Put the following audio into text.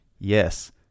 yes